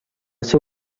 ser